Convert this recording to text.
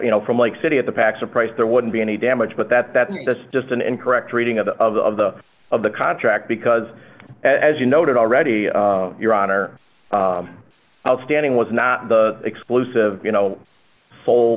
you know from like city of the packs a price there wouldn't be any damage but that that this is just an incorrect reading of the of the of the of the contract because as you noted already your honor outstanding was not the exclusive you know